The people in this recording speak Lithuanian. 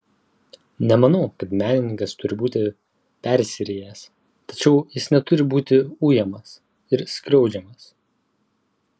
nemanau kad menininkas turi būti persirijęs tačiau jis neturi būti ujamas ir skriaudžiamas